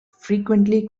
frequently